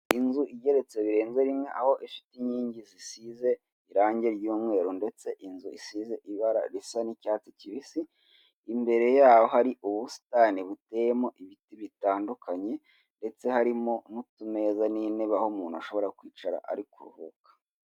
Inzu igeretse birenze rimwe, aho ifite inkingi zisize irangi ry'umweru ndetse inzu isize ibara risa n'icyatsi kibisi, imbere yaho hari ubusitani buteyemo ibiti bitandukanye ndetse harimo n'utumeza n'intebe aho umuntu ashobora kwicara ari kuruhuka.